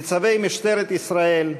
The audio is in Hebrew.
נציבי משטרת ישראל,